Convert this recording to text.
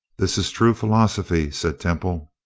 this is true philosophy, said temple.